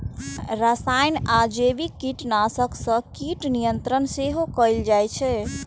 रसायन आ जैविक कीटनाशक सं कीट नियंत्रण सेहो कैल जाइ छै